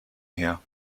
her